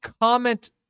comment